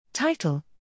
Title